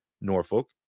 Norfolk